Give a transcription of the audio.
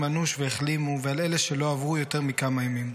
אנוש והחלימו ועל אלה שלא עברו יותר מכמה ימים.